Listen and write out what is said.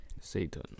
satan